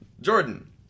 Jordan